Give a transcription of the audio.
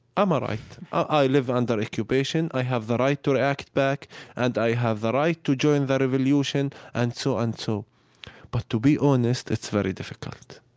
i'm right. i live under occupation, i have the right to react back and i have the right to join the revolution, and so on so but to be honest, it's very difficult.